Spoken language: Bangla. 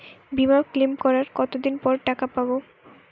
বিমা ক্লেম করার কতদিন পর টাকা পাব?